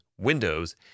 Windows